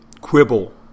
quibble